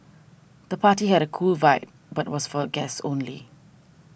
the party had a cool vibe but was for guests only